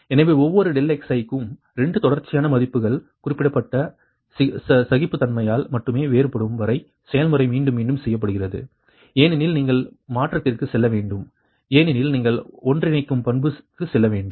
எனவே ஒவ்வொரு xi க்கும் 2 தொடர்ச்சியான மதிப்புகள் குறிப்பிடப்பட்ட சகிப்புத்தன்மையால் மட்டுமே வேறுபடும் வரை செயல்முறை மீண்டும் மீண்டும் செய்யப்படுகிறது ஏனெனில் நீங்கள் மாற்றத்திற்குச் செல்ல வேண்டும் ஏனெனில் நீங்கள் ஒன்றிணைக்கும் பண்புக்கு செல்ல வேண்டும்